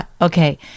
Okay